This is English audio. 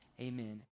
Amen